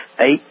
eight